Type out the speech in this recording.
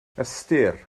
ystyr